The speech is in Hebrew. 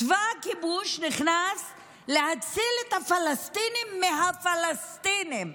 צבא הכיבוש נכנס להציל את הפלסטינים מהפלסטינים.